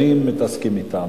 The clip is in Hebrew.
שנים מתעסקים אתם.